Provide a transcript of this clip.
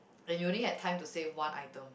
and you only had time to save one item